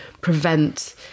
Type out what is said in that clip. prevent